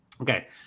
Okay